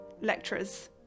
lecturers